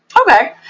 Okay